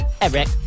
Eric